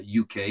UK